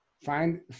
find